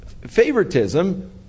favoritism